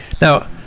Now